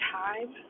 time